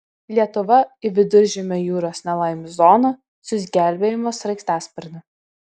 lietuva į viduržemio jūros nelaimių zoną siųs gelbėjimo sraigtasparnį